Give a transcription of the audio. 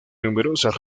numerosas